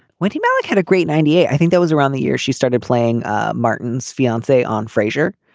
wendy malick had a great ninety eight. i think that was around the year she started playing martin's fiancee on frasier